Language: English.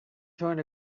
joined